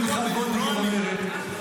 אם מיכל וולדיגר אומרת.